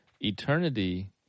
eternity